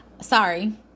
Sorry